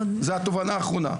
זו התובנה האחרונה,